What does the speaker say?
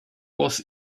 was